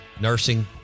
nursing